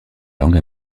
langue